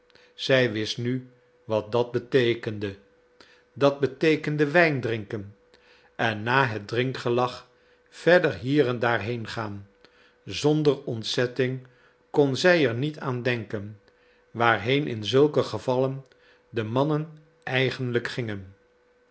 zij wist nu wat dat beteekende dat beteekende wijn drinken en na het drinkgelag verder hier of daar heengaan zonder ontzetting kon zij er niet aan denken waarheen in zulke gevallen de mannen eigenlijk gingen